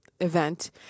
event